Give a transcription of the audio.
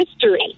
history